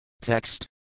Text